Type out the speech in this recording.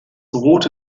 rote